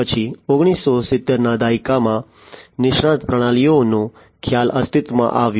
પછી 1970 ના દાયકામાં નિષ્ણાત પ્રણાલીઓનો ખ્યાલ અસ્તિત્વમાં આવ્યો